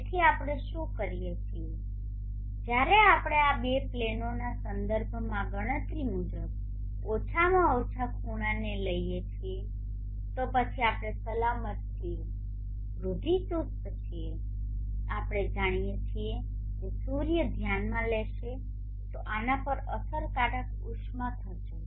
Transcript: તેથી આપણે શું કરીએ છીએ જ્યારે આપણે આ બે પ્લેનોના સંદર્ભમાં ગણતરી મુજબ આપણા ઓછામાં ઓછા ખૂણાને લઈએ છીએ તો પછી આપણે સલામત છીએ રૂઢીચુસ્ત છીએ આપણે જાણીએ છીએ કે સૂર્ય ધ્યાનમાં લેશે તો આના પર અસરકારક ઉષ્મા થશે